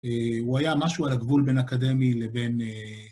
הוא היה משהו על הגבול בין אקדמי לבין...